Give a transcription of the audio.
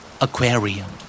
Aquarium